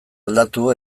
aldatu